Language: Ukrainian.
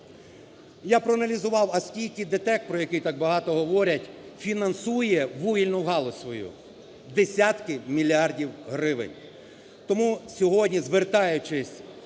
Я проаналізував, а скільки ДТЕК, про який так багато говорять, фінансує галузь свою: десятки мільярдів гривень. Тому сьогодні, звертаючись